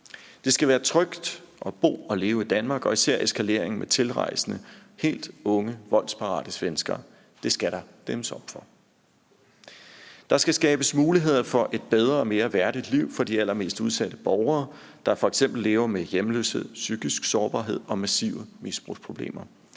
Det skal være trygt at bo og leve i Danmark, og især eskaleringen med tilrejsende helt unge og voldsparatesvenskere skal der dæmmes op for. Der skal skabes muligheder for et bedre og mere værdigt liv for de allermest udsatte borgere, der f.eks. lever med hjemløshed, psykisk sårbarhed og massive misbrugsproblemer.